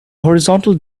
horizontal